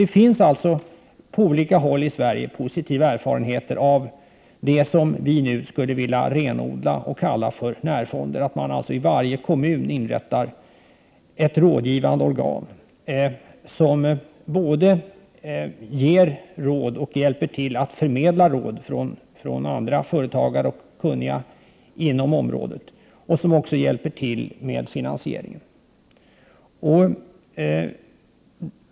Det finns alltså på olika håll i Sverige positiva erfarenheter av det som vi i miljöpartiet nu skulle vilja renodla under benämningen närfonder, dvs. att man i varje kommun inrättar ett rådgivningsorgan, som både ger råd och hjälper till att förmedla råd från andra företagare och kunniga inom området och som även hjälper till med finansiering.